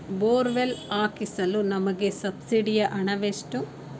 Borewell ಹಾಕಿಸಲು ನಮಗೆ ಸಬ್ಸಿಡಿಯ ಹಣವೆಷ್ಟು?